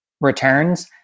returns